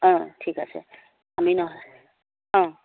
অঁ ঠিক আছে আমি নহয় অঁ